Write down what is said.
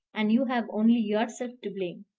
and you have only yourself to blame.